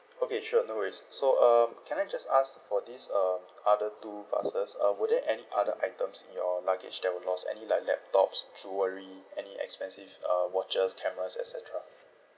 okay sure no worries so um can I just ask for this um other two vases um were there any other items in your luggage that were lost any like laptops jewellery any expensive uh watches cameras et cetera